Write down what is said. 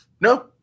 No